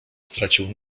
stracił